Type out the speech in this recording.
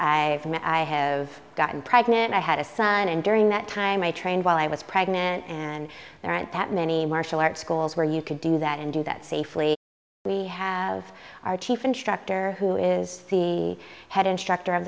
and i have gotten pregnant i had a son and during that time i trained while i was pregnant and there aren't that many martial arts schools where you could do that and do that safely we have our chief instructor who is the head instructor of